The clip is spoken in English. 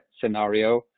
scenario